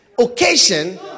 occasion